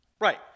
Right